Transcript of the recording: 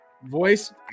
Voice